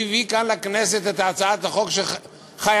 שהביא כאן לכנסת את הצעת החוק שמחייבת